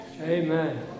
Amen